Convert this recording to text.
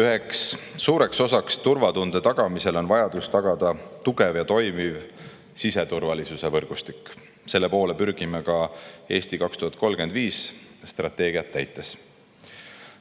Üheks suureks osaks turvatunde tagamisel on vajadus tagada tugev ja toimiv siseturvalisuse võrgustik. Selle poole pürgime ka "Eesti 2035" strateegiat täites.